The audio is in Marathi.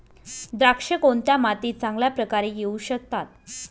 द्राक्षे कोणत्या मातीत चांगल्या प्रकारे येऊ शकतात?